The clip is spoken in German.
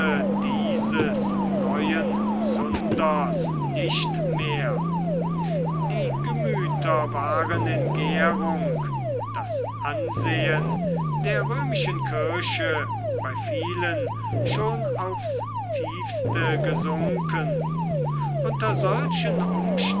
dieses neuen zunders nicht mehr die gemüther waren in gährung das ansehen der römischen kirche bei vielen schon aufs tiefste gesunken unter solchen